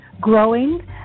growing